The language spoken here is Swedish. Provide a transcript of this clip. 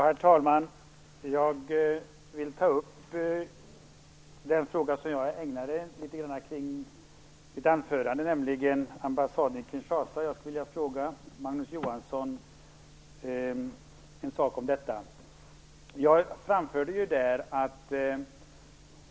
Herr talman! Jag vill ta upp den fråga jag ägnade en del av mitt anförande åt, nämligen ambassaden i Kinshasa. Jag skulle vilja fråga Magnus Johansson en sak om detta.